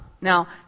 Now